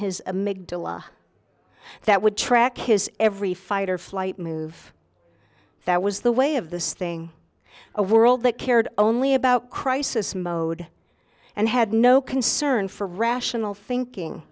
amidala that would track his every fight or flight move that was the way of this thing a world that cared only about crisis mode and had no concern for rational thinking